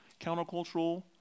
Countercultural